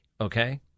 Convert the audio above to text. okay